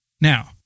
Now